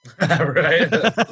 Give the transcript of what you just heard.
Right